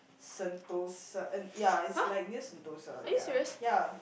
Sentosa uh ya it's like near Sentosa ya ya